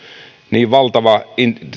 niin valtava